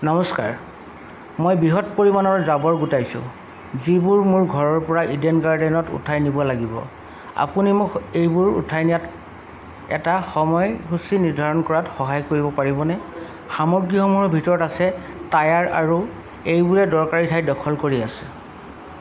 নমস্কাৰ মই বৃহৎ পৰিমাণৰ জাবৰ গোটাইছোঁ যিবোৰ মোৰ ঘৰৰ পৰা ইডেন গাৰ্ডেনত উঠাই নিব লাগিব আপুনি মোক এইবোৰ উঠাই নিয়াত এটা সময়সূচী নিৰ্ধাৰণ কৰাত সহায় কৰিব পাৰিবনে সামগ্ৰীসমূহৰ ভিতৰত আছে টায়াৰ আৰু এইবোৰে দৰকাৰী ঠাই দখল কৰি আছে